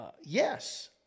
Yes